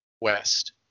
west